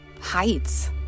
heights